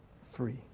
free